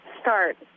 start